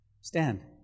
Stand